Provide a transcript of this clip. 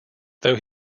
though